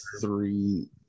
three